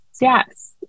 Yes